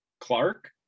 clark